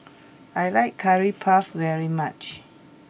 I like Curry Puff very much